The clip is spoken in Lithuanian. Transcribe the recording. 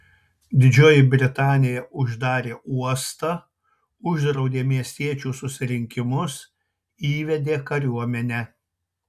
didžioji britanija uždarė uostą uždraudė miestiečių susirinkimus įvedė kariuomenę